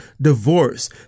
divorce